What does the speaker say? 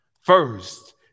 first